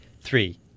Three